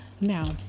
now